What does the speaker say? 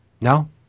No